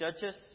judges